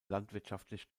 landwirtschaftlich